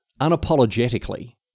unapologetically